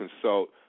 consult